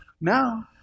Now